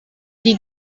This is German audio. die